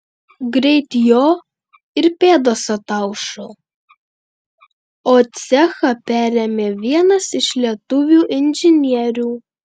greit jo ir pėdos ataušo o cechą perėmė vienas iš lietuvių inžinierių